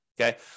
Okay